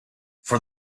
for